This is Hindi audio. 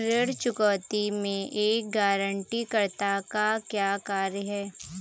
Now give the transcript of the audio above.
ऋण चुकौती में एक गारंटीकर्ता का क्या कार्य है?